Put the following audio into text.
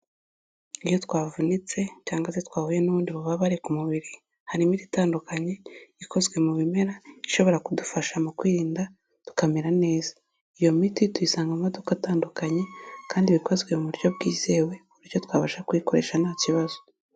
Iyo twavunitse cyangwa se twahuye n'ubundi bubabare ku mubiri, hari imiti itandukanye ikozwe mu bimera, ishobora kudufasha mu kwirinda tukamera neza. Iyo miti tuyisanga mu maduka atandukanye kandi iba ikozwe mu buryo bwizewe ku buryo twabasha kuyikoresha nta kibazo.